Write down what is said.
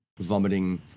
vomiting